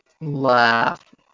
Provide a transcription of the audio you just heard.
laugh